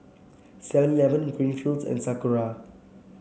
Seven Eleven Greenfields and Sakura